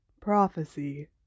Prophecy